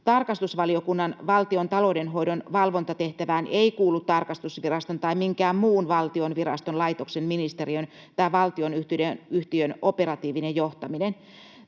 Tarkastusvaliokunnan valtion taloudenhoidon valvontatehtävään ei kuulu tarkastusviraston tai minkään muun valtion viraston, laitoksen, ministeriön tai valtionyhtiön operatiivinen johtaminen.